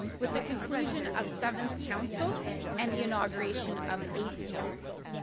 with the conclusion of seventh council and the inauguration of eighth council.